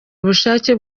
ubushake